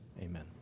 amen